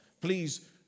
Please